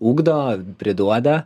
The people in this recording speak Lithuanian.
ugdo priduoda